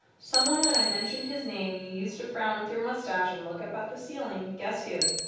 someone when i mentioned his name you used to frown with your mustache and look up at the ceiling guess who?